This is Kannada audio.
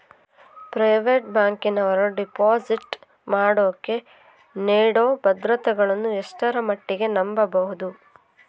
ಪ್ರೈವೇಟ್ ಬ್ಯಾಂಕಿನವರು ಡಿಪಾಸಿಟ್ ಮಾಡೋಕೆ ನೇಡೋ ಭದ್ರತೆಗಳನ್ನು ಎಷ್ಟರ ಮಟ್ಟಿಗೆ ನಂಬಬಹುದು?